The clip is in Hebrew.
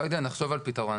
לא יודע, נחשוב על פתרון.